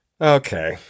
Okay